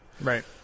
Right